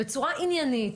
בצורה עניינית.